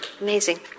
Amazing